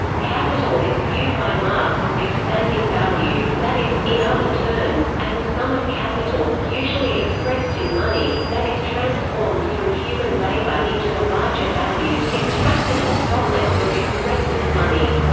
capital is viewed by marx as expanding value, that is, in other terms, as a sum of capital, usually expressed in money, that is transformed through human labor into a larger value, extracted as profits and expressed as money.